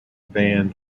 van